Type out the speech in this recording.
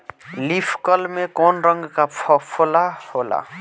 Leaf curl में कौने रंग का फफोला होला?